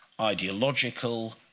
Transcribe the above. ideological